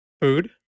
food